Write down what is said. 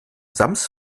sams